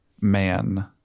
man